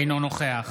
אינו נוכח